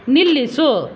ನಿಲ್ಲಿಸು